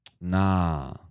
Nah